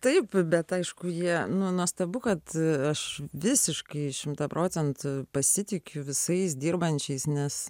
taip bet aišku jie nuostabu kad aš visiškai šimta procentų pasitikiu visais dirbančiais nes